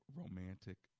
romantic